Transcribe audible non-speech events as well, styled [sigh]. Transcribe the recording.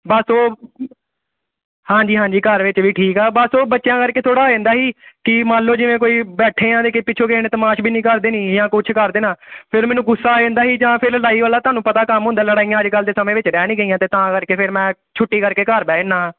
ਬਸ ਓ [unintelligible] ਹਾਂਜੀ ਹਾਂਜੀ ਘਰ ਵਿੱਚ ਵੀ ਠੀਕ ਆ ਬਸ ਉਹ ਬੱਚਿਆਂ ਕਰਕੇ ਥੋੜ੍ਹਾ ਹੋ ਜਾਂਦਾ ਸੀ ਕਿ ਮੰਨ ਲਓ ਜਿਵੇਂ ਕੋਈ ਬੈਠੇ ਹਾਂ ਅਤੇ ਕਿਸੇ ਪਿੱਛੋਂ ਕਿਸੇ ਨੇ ਤਮਾਸ਼ਬੀਨੀ ਕਰ ਦੇਣੀ ਜਾਂ ਕੁਛ ਕਰ ਦੇਣਾ ਫਿਰ ਮੈਨੂੰ ਗੁੱਸਾ ਆ ਜਾਂਦਾ ਸੀ ਜਾਂ ਫਿਰ ਲੜਾਈ ਵਾਲਾ ਤੁਹਾਨੂੰ ਪਤਾ ਕੰਮ ਹੁੰਦਾ ਲੜਾਈਆਂ ਅੱਜ ਕੱਲ੍ਹ ਦੇ ਸਮੇਂ ਵਿੱਚ ਰਹਿ ਨਹੀਂ ਗਈਆਂ ਅਤੇ ਤਾਂ ਕਰਕੇ ਫਿਰ ਮੈਂ ਛੁੱਟੀ ਕਰਕੇ ਘਰ ਬਹਿ ਜਾਂਦਾ